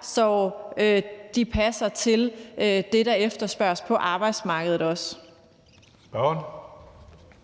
så de passer til det, der efterspørges på arbejdsmarkedet Kl.